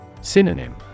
Synonym